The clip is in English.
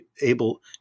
able